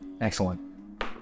Excellent